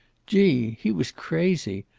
gee! he was crazy.